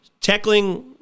tackling